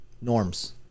norms